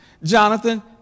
Jonathan